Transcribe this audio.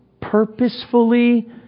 purposefully